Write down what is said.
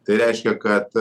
tai reiškia kad